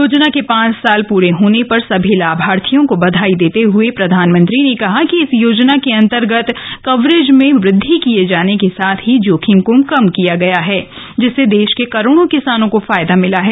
योजना के पांच साल पूरे होने पर सभी लाभार्थियों को बधाई देते हए प्रधानमंत्री ने कहा कि इस योजना के अन्तर्गत कवरेज में वद्वि किए जाने के साथ ही जोखिम को कम किया गया है जिससे देश के करोडों किसानों को फायदा मिला है